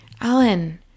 alan